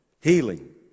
Healing